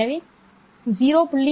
எனவே 0